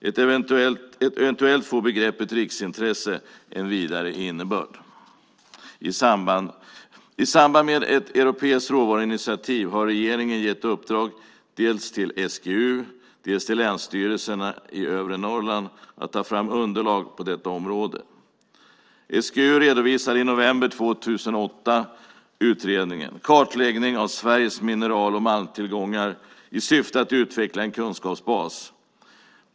Eventuellt får begreppet riksintresse en vidare innebörd. I samband med ett europeiskt råvaruinitiativ har regeringen gett i uppdrag dels till SGU, dels till länsstyrelserna i Övre Norrland att ta fram underlag på detta område. SGU redovisade i november 2008 utredningen Kartläggning av Sveriges malm och mineraltillgångar i syfte att utveckla en kunskapsbas .